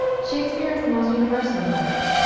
shakspere is the most universal of writers.